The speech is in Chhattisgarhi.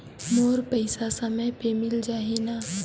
मोर पइसा समय पे मिल जाही न?